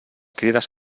crides